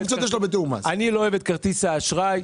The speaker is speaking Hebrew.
אני לא אוהב את כרטיס האשראי.